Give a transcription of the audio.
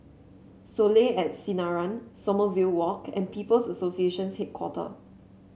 Soleil at Sinaran Somamerville Walk and People's Association Headquarter